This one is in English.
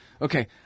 Okay